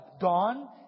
gone